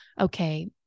okay